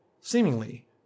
seemingly